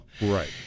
Right